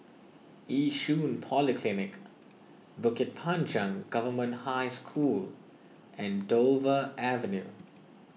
Yishun Polyclinic Bukit Panjang Government High School and Dover Avenue